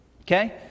Okay